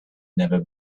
never